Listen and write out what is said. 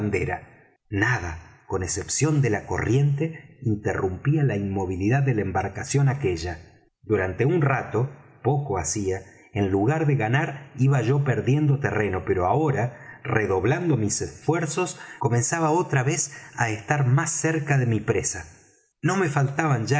nada con excepción de la corriente interrumpía la inmovilidad de la embarcación aquella durante un rato poco hacía en lugar de ganar iba yo perdiendo terreno pero ahora redoblando mis esfuerzos comenzaba otra vez á estar más cerca de mi caza no me faltaban